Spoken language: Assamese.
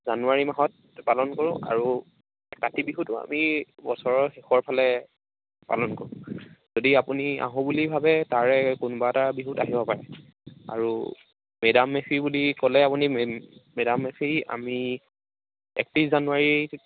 জানুৱাৰী মাহত পালন কৰোঁ আৰু কাতি বিহুটো আমি বছৰৰ শেষৰ ফালে পালন কৰোঁ যদি আপুনি আহোঁ বুলি ভাবে তাৰে কোনোবা এটা বিহুত আহিব পাৰে আৰু মেডাম মেফি বুলি ক'লে মেডাম মেফি আমি একত্ৰিছ জানুৱাৰী